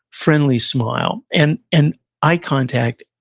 friendly smile. and and eye contact,